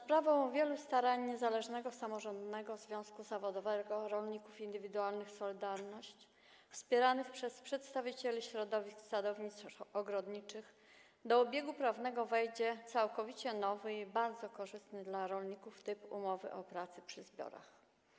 Za sprawą wielu starań Niezależnego Samorządnego Związku Zawodowego Rolników Indywidualnych „Solidarność”, wspieranych przez przedstawicieli środowisk sadowniczo-ogrodniczych, do obiegu prawnego wejdzie całkowicie nowy i bardzo korzystny dla rolników typ umowy o pracę przy zbiorach.